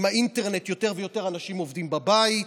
עם האינטרנט יותר ויותר אנשים עובדים בבית,